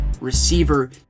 receiver